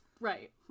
Right